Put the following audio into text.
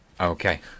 Okay